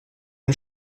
ein